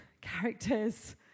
characters